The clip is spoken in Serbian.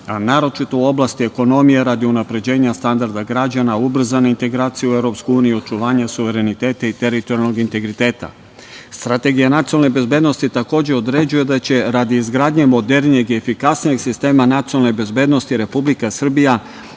a naročito u oblasti ekonomije, radi unapređenja standarda građana, ubrzane integracije u EU, očuvanje suvereniteta i teritorijalnog integriteta. Strategija nacionalne bezbednosti, takođe, određuje da će radi izgradnje modernijeg i efikasnijeg sistema nacionalne bezbednosti Republika Srbija